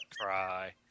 cry